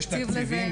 יש תקציב לזה.